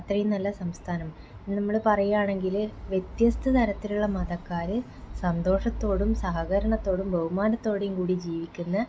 അത്രയും നല്ല സംസ്ഥാനം നമ്മൾ പറയുവാണെങ്കിൽ വ്യത്യസ്ത തരത്തിലുള്ള മതക്കാർ സന്തോഷത്തോടും സഹകരണത്തോടും ബഹുമാനത്തോടെയും കൂടെ ജീവിക്കുന്ന